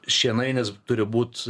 šienainis turi būt